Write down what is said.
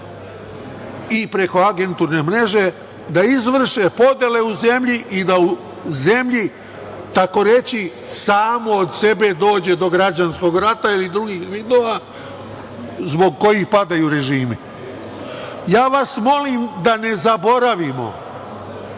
i preko agenturne mreže da izvrše podele u zemlji i da u zemlji takoreći samo od sebe dođe do građanskog rata ili drugih vidova zbog kojih padaju režimi. Ja vas molim da ne zaboravimo